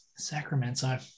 Sacramento